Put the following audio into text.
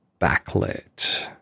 backlit